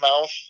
mouth